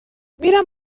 میرم